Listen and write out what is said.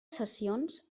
sessions